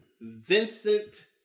Vincent